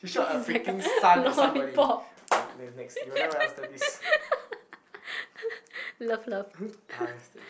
it's like a lollipop love love